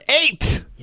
eight